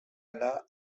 anar